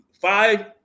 five